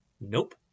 Nope